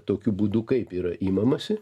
tokiu būdu kaip yra imamasi